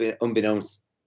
unbeknownst